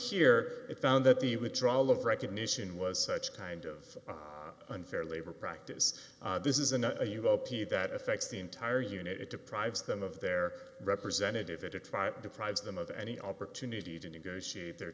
e it found that the withdrawal of recognition was such kind of unfair labor practice this is and that affects the entire unit it deprives them of their representative at a try it deprives them of any opportunity to negotiate their